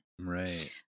Right